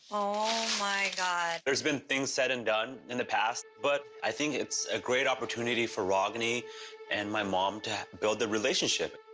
oh my god. there's been things said and done in the past, but i think it's a great opportunity for ragini and my mom to build a relationship.